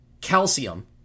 calcium